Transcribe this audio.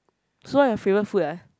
so my favourite food ah